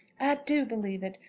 i do believe it!